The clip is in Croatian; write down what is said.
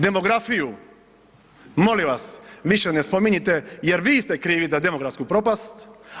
Demografiju, molim vas više ne spominjite jer vi ste krivi za demografsku propast.